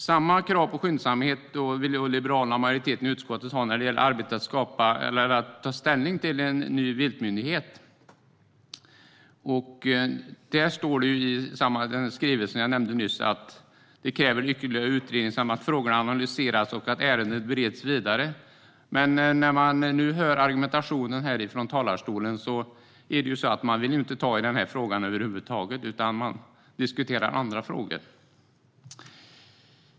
Samma krav på skyndsamhet har Liberalerna och majoriteten i utskottet när det gäller att ta ställning till en ny viltmyndighet. Där står det i samma skrivelse som jag nämnde nyss att det krävs ytterligare utredning samt att frågorna analyseras och att ärendet bereds vidare. Men när man nu hör argumentationen här från talarstolen är det ju så att man inte vill ta i den här frågan över huvud taget, utan man diskuterar andra frågor.